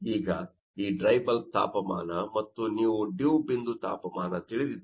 ಈಗ ಈ dry bulb ತಾಪಮಾನ ಮತ್ತು ನೀವು ಡಿವ್ ಬಿಂದು ತಾಪಮಾನ ತಿಳಿದಿದ್ದರೆ